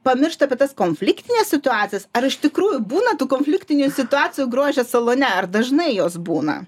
pamiršta apie tas konfliktines situacijas ar iš tikrųjų būna tų konfliktinių situacijų grožio salone ar dažnai jos būna